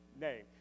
name